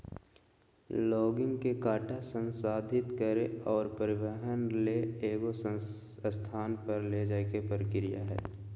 logging के काटा संसाधित करे और परिवहन ले एगो स्थान पर ले जाय के प्रक्रिया हइ